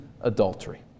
adultery